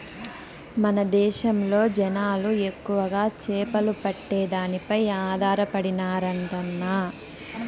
మన దేశంలో జనాలు ఎక్కువగా చేపలు పట్టే దానిపై ఆధారపడినారంటన్నా